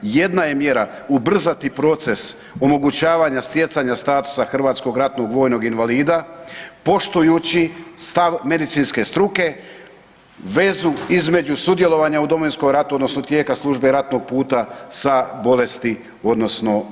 Jedna je mjera ubrzati proces omogućavanja stjecanja statusa hrvatskog ratnog vojnog invalida poštujući stav medicinske struke, vezu između sudjelovanja u Domovinskom ratu odnosno tijeku službe ratnog puta sa bolesti odnosno ozljedom.